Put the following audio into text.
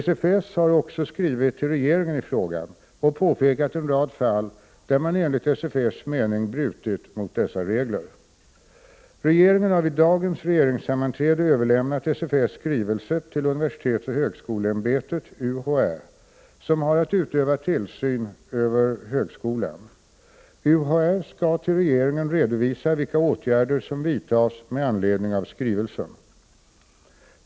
SFS har också skrivit till regeringen i frågan och påpekat en rad fall där man enligt SFS:s mening brutit mot dessa regler. Regeringen har vid dagens regeringssammanträde överlämnat SFS:s skrivelse till universitetsoch högskoleämbetet som har att utöva tillsyn över högskolan. UHÄ skall för regeringen redovisa vilka åtgärder som vidtas med anledning av skrivelsen.